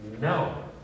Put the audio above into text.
no